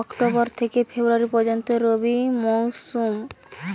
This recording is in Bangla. অক্টোবর থেকে ফেব্রুয়ারি পর্যন্ত রবি মৌসুম